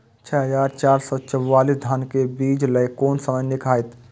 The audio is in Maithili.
छः हजार चार सौ चव्वालीस धान के बीज लय कोन समय निक हायत?